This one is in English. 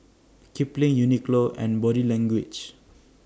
Kipling Uniqlo and Body Language